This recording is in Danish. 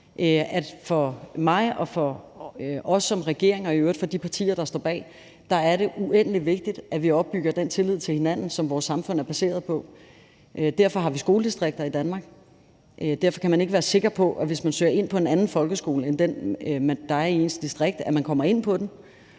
for mig og for os som regering og i øvrigt for de partier, der står bag, er det uendelig vigtigt, at vi opbygger den tillid til hinanden, som vores samfund er baseret på. Derfor har vi skoledistrikter i Danmark; derfor kan man ikke være sikker på, at man, hvis man søger ind på en anden folkeskole end den, der er i ens distrikt, kommer ind på den.